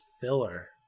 filler